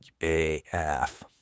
AF